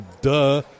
Duh